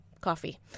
Coffee